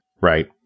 Right